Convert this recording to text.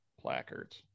placards